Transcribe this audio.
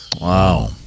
Wow